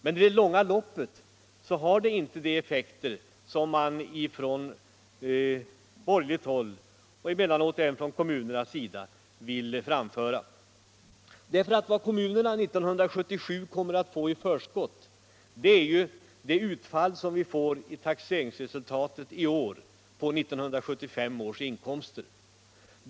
Men i det långa loppet har det inte de effekter som man från borgerligt håll och emellanåt även från kommunernas sida vill göra gällande. Vad kommunerna 1977 kommer att få i förskott motsvarar nämligen det utfall som vi får av taxeringen i år på 1975 års inkomster.